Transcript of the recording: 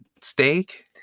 steak